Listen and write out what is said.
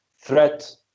threat